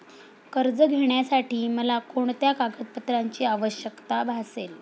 कर्ज घेण्यासाठी मला कोणत्या कागदपत्रांची आवश्यकता भासेल?